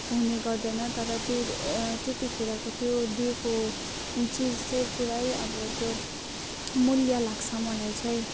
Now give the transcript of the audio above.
हुने गर्दैन तर त्यो त्यतिखेरको त्यो दिएको चिज चाहिँ पुरै अब त्यो मूल्य लाग्छ मलाई चाहिँ